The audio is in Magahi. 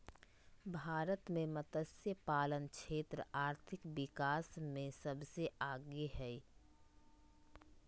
भारत मे मतस्यपालन क्षेत्र आर्थिक विकास मे सबसे आगे हइ